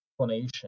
explanation